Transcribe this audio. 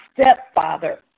stepfather